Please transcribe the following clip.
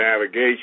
navigation